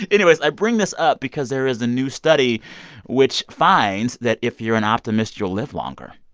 anyways, i bring this up because there is a new study which finds that if you're an optimist, you'll live longer.